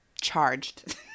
charged